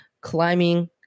climbing